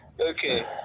Okay